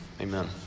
Amen